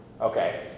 Okay